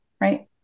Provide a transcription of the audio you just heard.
right